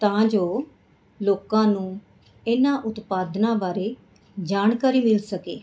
ਤਾਂ ਜੋ ਲੋਕਾਂ ਨੂੰ ਇਹਨਾਂ ਉਤਪਾਦਨਾ ਬਾਰੇ ਜਾਣਕਾਰੀ ਮਿਲ ਸਕੇ